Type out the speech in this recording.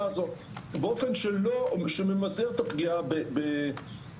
הזו באופן שממזער את הפגיעה בפרטיות.